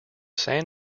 san